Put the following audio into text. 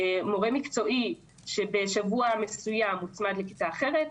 מורה מקצועי שבשבוע מסוים מוצמד לכיתה אחרת,